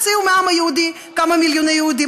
הוציאו מהעם היהודי כמה מיליוני יהודים,